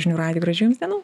žinių radiju gražių jums dienų